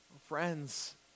Friends